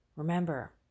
Remember